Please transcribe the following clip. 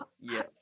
yes